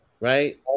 Right